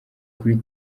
kuri